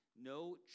no